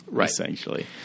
essentially